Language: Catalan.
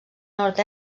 nord